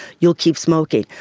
you'll keep smoking.